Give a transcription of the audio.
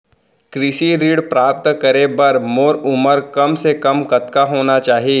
कृषि ऋण प्राप्त करे बर मोर उमर कम से कम कतका होना चाहि?